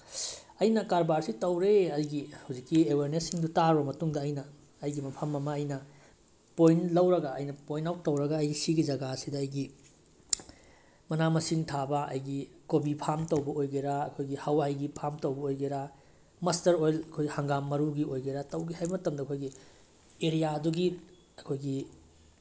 ꯑꯩꯅ ꯀꯔꯕꯥꯔꯁꯤ ꯇꯧꯔꯦ ꯑꯩꯒꯤ ꯍꯧꯖꯤꯛꯀꯤ ꯑꯦꯋꯦꯔꯅꯦꯁꯁꯤꯡꯗꯨ ꯇꯥꯔꯨ ꯃꯇꯨꯡꯗ ꯑꯩꯅ ꯑꯩꯒꯤ ꯃꯐꯝ ꯑꯃ ꯑꯩꯅ ꯄꯣꯏꯟ ꯂꯧꯔꯒ ꯑꯩꯅ ꯄꯣꯏꯟ ꯑꯥꯎꯠ ꯇꯧꯔꯒ ꯑꯩꯒꯤ ꯁꯤꯒꯤ ꯖꯒꯥꯁꯤꯗ ꯑꯩꯒꯤ ꯃꯅꯥ ꯃꯁꯤꯡ ꯊꯥꯕ ꯑꯩꯒꯤ ꯀꯣꯕꯤ ꯐꯥꯝ ꯇꯧꯕ ꯑꯣꯏꯒꯦꯔꯥ ꯑꯩꯈꯣꯏꯒꯤ ꯍꯋꯥꯏꯒꯤ ꯐꯥꯝ ꯇꯧꯕ ꯑꯣꯏꯒꯦꯔꯥ ꯃꯁꯇꯔ ꯑꯣꯏꯜ ꯑꯩꯈꯣꯏ ꯍꯪꯒꯥꯝ ꯃꯔꯨꯒꯤ ꯑꯣꯏꯒꯦꯔꯥ ꯇꯧꯒꯦ ꯍꯥꯏ ꯃꯇꯝꯗ ꯑꯩꯈꯣꯏꯒꯤ ꯑꯦꯔꯤꯌꯥꯗꯨꯒꯤ ꯑꯩꯈꯣꯏꯒꯤ